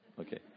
Okay